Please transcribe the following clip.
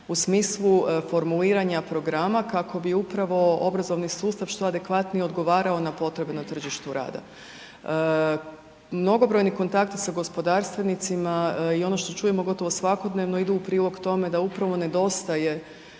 u smislu formuliranja programa kako bi upravo obrazovni sustav što adekvatnije odgovarao na potrebe na tržištu rada. Mnogobrojni kontakti sa gospodarstvenicima i ono što čujemo gotovo svakodnevno ide u prilog tome da upravo nedostaje